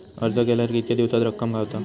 अर्ज केल्यार कीतके दिवसात रक्कम गावता?